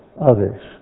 others